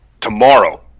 Tomorrow